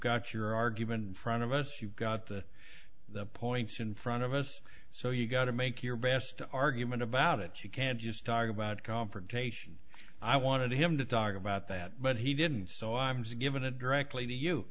got your argument front of us you've got the points in front of us so you got to make your best argument about it you can't just talk about confrontation i wanted him to talk about that but he didn't so i was given it directly to you